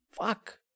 Fuck